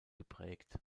geprägt